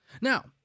now